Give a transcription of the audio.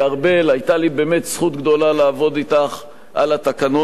היתה לי באמת זכות גדולה לעבוד אתך על התקנון הזה.